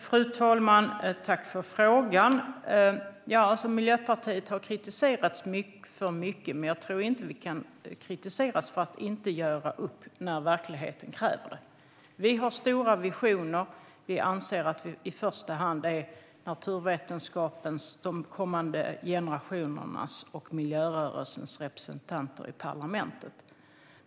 Fru talman! Jag tackar för frågan. Miljöpartiet har kritiserats för mycket, men jag tror inte att vi kan kritiseras för att inte göra upp när verkligheten kräver det. Vi har stora visioner. Vi anser att vi i första hand är naturvetenskapens, de kommande generationernas och miljörörelsens representanter i parlamentet.